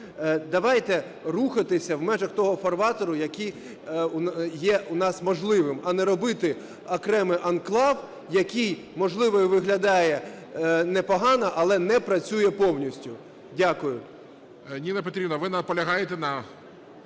Давайте рухатися в межах того фарватеру, який є у нас можливим, а не робити окремий анклав, який, можливо, і виглядає непогано, але не працює повністю. Дякую.